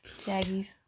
Jaggies